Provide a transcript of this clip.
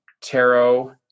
tarot